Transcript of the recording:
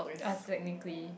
I technically